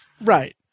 right